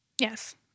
Yes